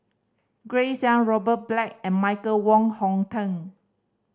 Grace Young Robert Black and Michael Wong Hong Teng